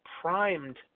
primed